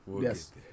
Yes